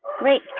great.